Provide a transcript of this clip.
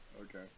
Okay